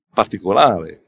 particolare